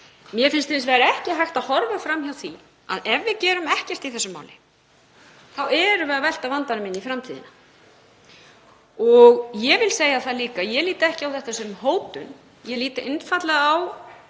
Mér finnst hins vegar ekki hægt að horfa fram hjá því að ef við gerum ekkert í þessu máli þá erum við að velta vandanum inn í framtíðina. Ég vil líka segja að ég lít ekki á þetta sem hótun. Ég lít einfaldlega á það sem